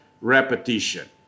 repetition